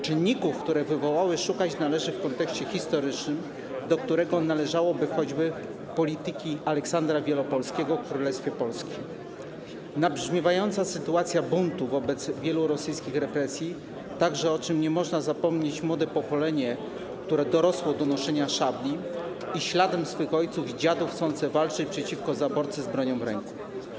Czynników, które je wywołały, szukać należy w kontekście historycznym, do którego należy choćby polityka Aleksandra Wielopolskiego w Królestwie Polskim, nabrzmiewająca sytuacja buntu wobec wielu rosyjskich represji, a także, o czym nie można zapomnieć, młode pokolenie, które dorosło do noszenia szabli, śladem swych ojców i dziadów chcące walczyć przeciwko zaborcy z bronią w ręku.